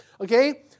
okay